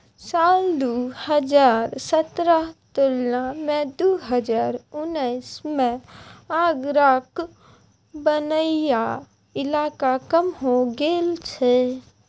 साल दु हजार सतरहक तुलना मे दु हजार उन्नैस मे आगराक बनैया इलाका कम हो गेल छै